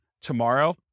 tomorrow